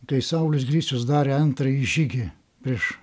kai saulius gricius darė antrąjį žygį prieš